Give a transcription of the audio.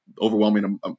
overwhelming